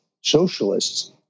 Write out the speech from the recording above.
socialists